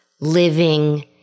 living